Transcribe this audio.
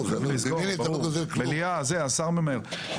מליאה וזה, השר ממהר.